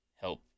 help